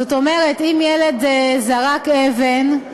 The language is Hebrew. זאת אומרת, אם ילד זרק אבן,